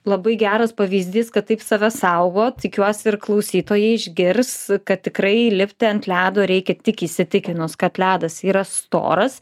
labai geras pavyzdys kad taip save saugot tikiuosi ir klausytojai išgirs kad tikrai lipti ant ledo reikia tik įsitikinus kad ledas yra storas